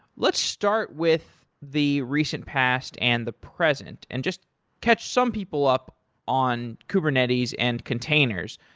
let's start with the recent past and the present and just catch some people up on kubernetes and containers.